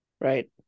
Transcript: Right